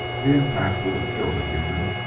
the impact would have killed a human,